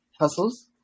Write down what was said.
hustles